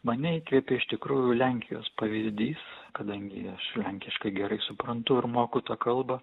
mane įkvėpė iš tikrųjų lenkijos pavyzdys kadangi aš lenkiškai gerai suprantu ir moku tą kalbą